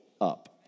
up